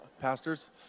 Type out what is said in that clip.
pastors